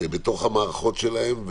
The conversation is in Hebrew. בתוך המערכות שלהם,